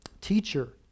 teacher